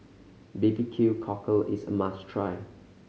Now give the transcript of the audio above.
B B Q Cockle is a must try